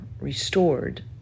restored